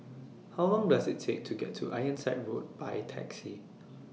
How Long Does IT Take to get to Ironside Road By Taxi